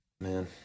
Man